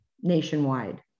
nationwide